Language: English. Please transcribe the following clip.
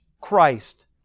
Christ